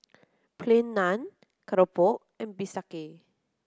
Plain Naan Keropok and Bistake